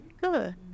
good